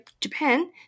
Japan